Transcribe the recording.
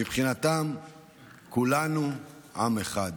מבחינתם כולנו עם אחד.